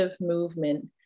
movement